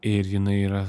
ir jinai yra